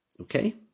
Okay